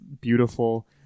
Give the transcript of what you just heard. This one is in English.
beautiful